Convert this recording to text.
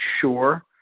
Sure